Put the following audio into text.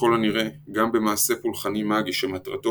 ככל הנראה גם במעשה פולחני מאגי שמטרתו